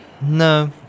no